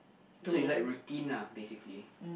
so you like routine lah basically